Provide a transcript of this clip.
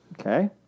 Okay